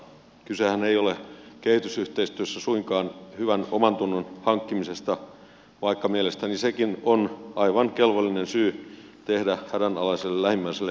kysehän ei ole kehitysyhteistyössä suinkaan hyvän omantunnon hankkimisesta vaikka mielestäni sekin on aivan kelvollinen syy tehdä hädänalaiselle lähimmäiselle hyvää